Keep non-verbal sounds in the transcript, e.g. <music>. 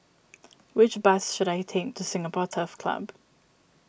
<noise> which bus should I take to Singapore Turf Club